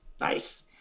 Nice